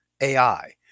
AI